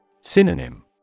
Synonym